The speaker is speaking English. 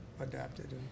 adapted